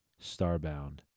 starbound